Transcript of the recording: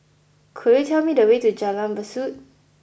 could you tell me the way to Jalan Besut